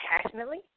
passionately